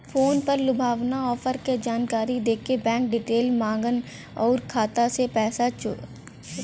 phone पर लुभावना offer क जानकारी देके बैंक डिटेल माँगन आउर खाता से पैसा चोरा लेवलन